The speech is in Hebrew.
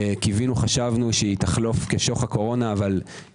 קיווינו, חשבנו שתחלוף כשוך הקורונה אך היא